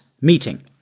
meeting